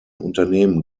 unternehmen